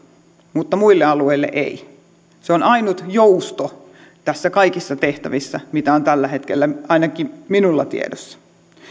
mutta muille alueille ei se on ainut jousto tässä kaikissa tehtävissä mitä on tällä hetkellä ainakin minulla tiedossa